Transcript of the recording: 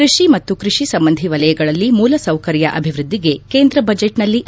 ಕೃಷಿ ಮತ್ತು ಕೃಷಿ ಸಂಬಂಧಿ ವಲಯಗಳಲ್ಲಿ ಮೂಲಸೌಕರ್ಯ ಅಭಿವೃದ್ಧಿಗೆ ಕೇಂದ್ರ ಬಜೆಟ್ನಲ್ಲಿ ಆದ್ಯತೆ